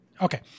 Okay